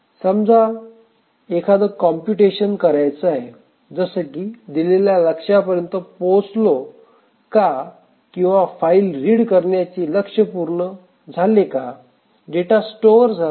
समजा एखादं कॉप्यूटेशन करायच आहे जसं की दिलेल्या लक्ष्य्यापर्यंत पोहोचलो का किंवा फाईल रीड करण्याचे लक्ष्य पूर्ण झाले का डेटा स्टोअर झाला का